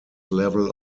level